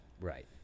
Right